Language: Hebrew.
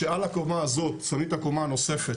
כשעל הקומה הזאת שמים את הקומה הנוספת,